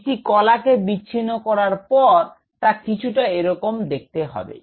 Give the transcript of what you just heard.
একটি কলাকে বিচ্ছিন্ন করার পর তা কিছুটা এরকম দেখতে হবে